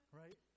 right